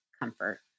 comfort